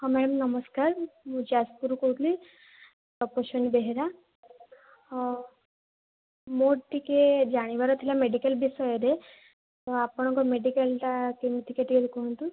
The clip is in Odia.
ହଁ ମ୍ୟାମ୍ ନମସ୍କାର ମୁଁ ଯାଜପୁରରୁ କହୁଥିଲି ତପସ୍ୱିନୀ ବେହେରା ହଁ ମୋର ଟିକେ ଜାଣିବାର ଥିଲା ମେଡ଼ିକାଲ ବିଷୟରେ ତ ଆପଣଙ୍କ ମେଡ଼ିକାଲଟା କେମିତି ଟିକେ କୁହନ୍ତୁ